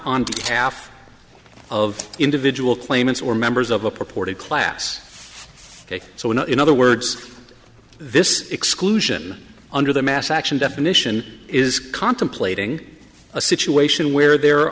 not half of individual claimants or members of a purported class so in other words this exclusion under the mass action definition is contemplating a situation where there